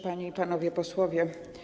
Panie i Panowie Posłowie!